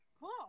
Cool